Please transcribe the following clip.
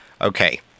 Okay